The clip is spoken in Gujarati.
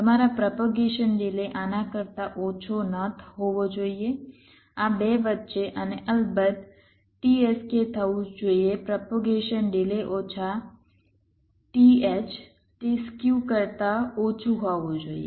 તમારા પ્રોપેગેશન ડિલે આના કરતા ઓછો ન હોવો જોઈએ આ 2 વચ્ચે અને અલબત્ત t sk થવું જોઈએ પ્રોપેગેશન ડિલે ઓછા t h તે સ્ક્યૂ કરતા ઓછું હોવું જોઈએ